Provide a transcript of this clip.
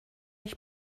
ich